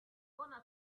gonna